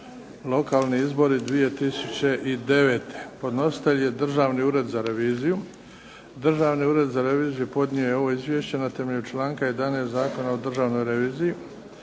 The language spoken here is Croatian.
Lokalni izbori 2009. Podnositelj je Državni ured za reviziju. Državni ured za reviziju podnio je ovo izvješće na temelju članka 11. Zakona o Državnoj reviziji.